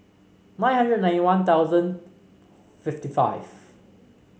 nine hundred ninety One Thousand fifty five